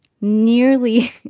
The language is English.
nearly